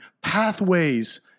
pathways